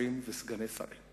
שרים וסגני שרים.